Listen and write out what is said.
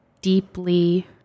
deeply